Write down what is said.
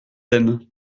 aiment